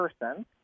person